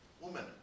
woman